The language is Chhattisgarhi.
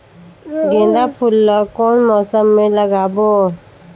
गेंदा फूल ल कौन मौसम मे लगाबो?